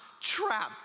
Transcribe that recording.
trapped